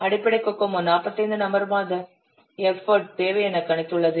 அடிப்படை கோகோமோ 45 நபர் மாத எஃபர்ட் தேவை என்று கணித்துள்ளது